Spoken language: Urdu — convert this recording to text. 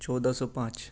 چودہ سو پانچ